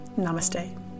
Namaste